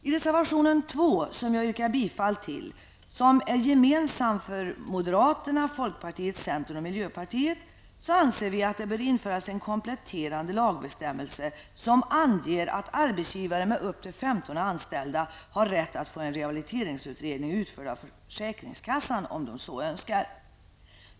I reservation 2, som yrkar bifall till, och som är gemensam för moderaterna, folkpartiet, centern och miljöpartiet, anser vi att det bör införas en kompletterande lagbestämmelse som anger att arbetsgivare med upp till 15 anställda har rätt att få rehabiliteringsutredning utförd av försäkringskassan om de så önskar.